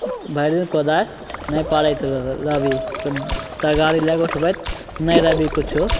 भरिदिन कोदारि नहि पाड़ैत रहौ रहबही तगारी लैके उठबैत नहि रहबही किछु